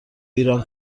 ایران